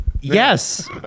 Yes